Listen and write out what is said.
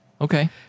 Okay